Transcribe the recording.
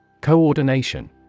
Coordination